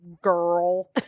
girl